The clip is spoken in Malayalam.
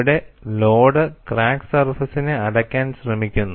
ഇവിടെ ലോഡ് ക്രാക്ക് സർഫേസിനെ അടയ്ക്കാൻ ശ്രമിക്കുന്നു